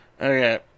Okay